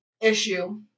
issue